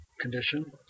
condition